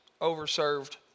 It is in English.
over-served